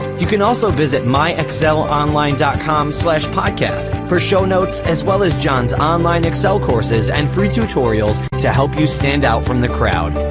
you can also visit my excel online dot com slash podcast, for show notes as well as john's online excel courses and free tutorials, to help you stand out from the crowd.